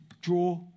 draw